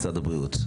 משרד הבריאות.